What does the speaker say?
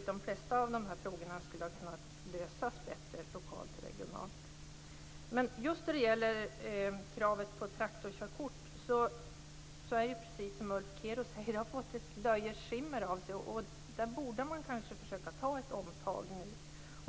de flesta av de här frågorna ha kunnat lösas bättre lokalt och regionalt. Just kravet på traktorkörkort har, precis som Ulf Kero säger, fått ett löjets skimmer över sig. Där borde man kanske försöka tänka om.